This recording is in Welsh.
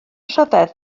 rhyfedd